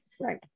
Right